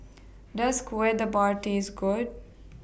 Does Kueh Dadar Taste Good